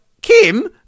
Kim